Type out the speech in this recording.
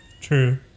True